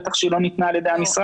בטח שהיא לא ניתנה על ידי המשרד.